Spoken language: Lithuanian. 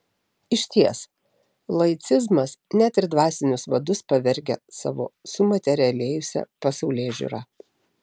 išties laicizmas net ir dvasinius vadus pavergia savo sumaterialėjusia pasaulėžiūra